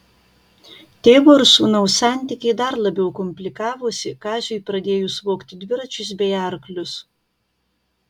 tėvo ir sūnaus santykiai dar labiau komplikavosi kaziui pradėjus vogti dviračius bei arklius